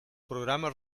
programa